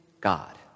God